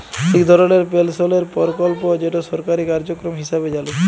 ইক ধরলের পেলশলের পরকল্প যেট সরকারি কার্যক্রম হিঁসাবে জালি